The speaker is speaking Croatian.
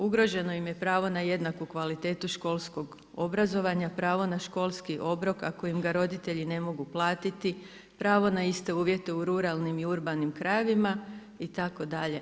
Ugroženo im je pravo na jednaku kvalitetu školskog obrazovanja, pravo na školski obrok ako im ga roditelji ne mogu platiti, pravo na iste uvjete u ruralnim i urbanim krajevima itd.